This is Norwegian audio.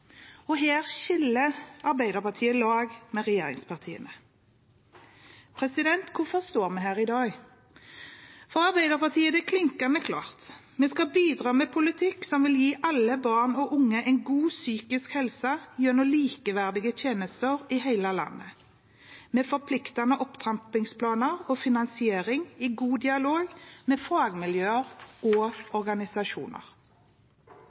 Her skiller Arbeiderpartiet lag med regjeringspartiene. Hvorfor står vi her i dag? For Arbeiderpartiet er det klinkende klart: Vi skal bidra med politikk som vil gi alle barn og unge en god psykisk helse, gjennom likeverdige tjenester i hele landet, med forpliktende opptrappingsplaner og finansiering og i god dialog med fagmiljøer og